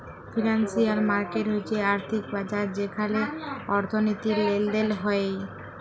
financial market হচ্যে আর্থিক বাজার যেখালে অর্থনীতির লেলদেল হ্য়েয়